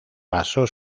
pasó